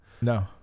No